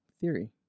Theory